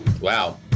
Wow